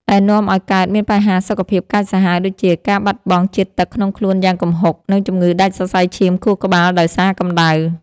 ដែលនាំឱ្យកើតមានបញ្ហាសុខភាពកាចសាហាវដូចជា ការបាត់បង់ជាតិទឹកក្នុងខ្លួនយ៉ាងគំហុក និងជំងឺដាច់សរសៃឈាមខួរក្បាលដោយសារកម្ដៅ។